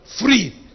free